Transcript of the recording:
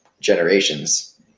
generations